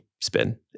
Spin